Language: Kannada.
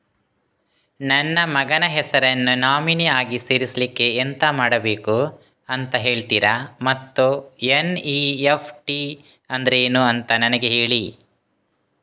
ನನ್ನ ಮಗನ ಹೆಸರನ್ನು ನಾಮಿನಿ ಆಗಿ ಸೇರಿಸ್ಲಿಕ್ಕೆ ಎಂತ ಮಾಡಬೇಕು ಅಂತ ಹೇಳ್ತೀರಾ ಮತ್ತು ಎನ್.ಇ.ಎಫ್.ಟಿ ಅಂದ್ರೇನು ಅಂತ ನನಗೆ ಹೇಳಿ